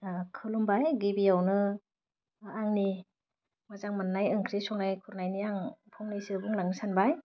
खुलुमबाय गिबियावनो आंनि मोजां मोननाय ओंख्रि संनाय खुरनायनि आं फंनैसो बुंलांनो सानबाय